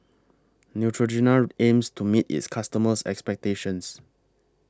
Neutrogena aims to meet its customers' expectations